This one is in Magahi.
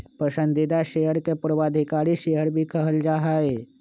पसंदीदा शेयर के पूर्वाधिकारी शेयर भी कहल जा हई